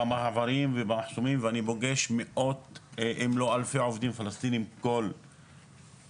במעברים ובמחסומים ואני פוגש מאות אם לא אלפי עובדים פלסטינים כל חודש.